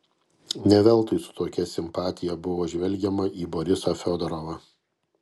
ne veltui su tokia simpatija buvo žvelgiama į borisą fiodorovą